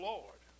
Lord